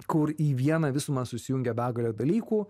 kur į vieną visumą susijungia begalė dalykų